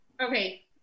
okay